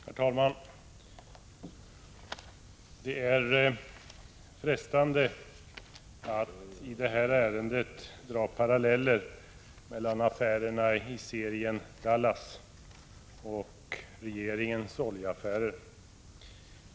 Herr talman! Det är frestande att i det här ärendet dra paralleller mellan affärerna i TV-serien Dallas och regeringens oljeaffärer.